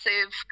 massive